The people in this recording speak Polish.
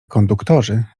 konduktorzy